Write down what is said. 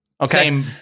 Okay